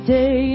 day